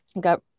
got